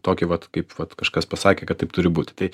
tokį vat kaip vat kažkas pasakė kad taip turi būti tai